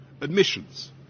admissions